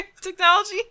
technology